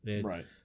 right